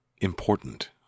important